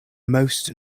most